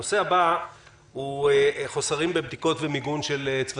הנושא השלישי נוגע למצבו של בית החולים